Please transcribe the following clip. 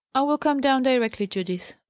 i will come down directly, judith.